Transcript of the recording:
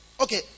Okay